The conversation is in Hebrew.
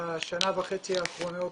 בשנה וחצי האחרונות,